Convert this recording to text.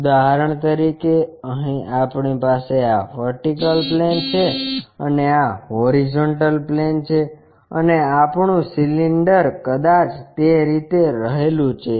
ઉદાહરણ તરીકે અહીં આપણી પાસે આ વર્ટિકલ પ્લેન છે અને આ હોરીઝોન્ટલં પ્લેન છે અને આપણું સિલિન્ડર કદાચ તે રીતે રહેલું છે